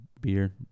beer